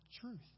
truth